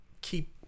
keep